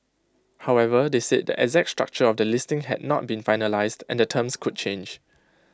however they said the exact structure of the listing had not been finalised and the terms could change